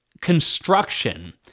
construction